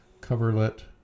coverlet